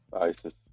Isis